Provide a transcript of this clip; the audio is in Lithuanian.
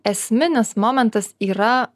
esminis momentas yra